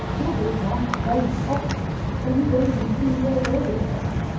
gilbert blythe does often and he's only two years older than us.